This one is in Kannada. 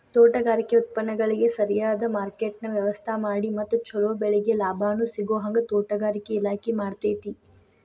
ತೋಟಗಾರಿಕೆ ಉತ್ಪನ್ನಗಳಿಗ ಸರಿಯದ ಮಾರ್ಕೆಟ್ನ ವ್ಯವಸ್ಥಾಮಾಡಿ ಮತ್ತ ಚೊಲೊ ಬೆಳಿಗೆ ಲಾಭಾನೂ ಸಿಗೋಹಂಗ ತೋಟಗಾರಿಕೆ ಇಲಾಖೆ ಮಾಡ್ತೆತಿ